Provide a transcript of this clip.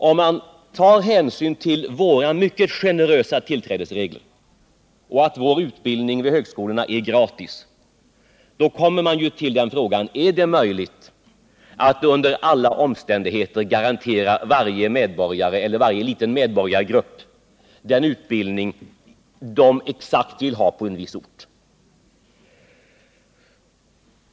Om man tar hänsyn till våra mycket generösa tillträdesregler och till att vår utbildning vid högskolorna är gratis, kommer man till frågan: Är det möjligt att under alla omständigheter garantera varje liten medborgargrupp exakt den utbildning den vill ha på en viss ort?